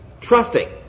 trusting